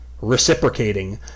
reciprocating